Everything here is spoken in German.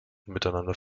miteinander